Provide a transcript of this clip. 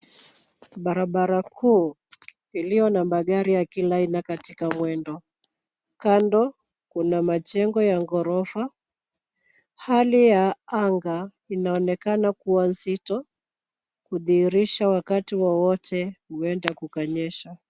Barabara kuu iliyo na magari ya kila aina katika mwendo. Kando kuna majengo ya ghorofa. Hali ya anga inaonekana kuwa nzito kudhihirisha wakati wowote huenda kukanyesha.